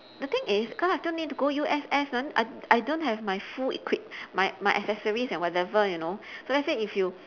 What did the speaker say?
the thing is cause I still need to go to U_S_S then I I don't have my full equip my my accessories and whatever you know so let's say if you